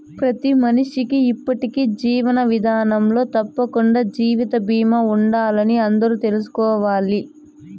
ప్రతి మనిషికీ ఇప్పటి జీవన విదానంలో తప్పకండా జీవిత బీమా ఉండాలని అందరూ తెల్సుకోవాలి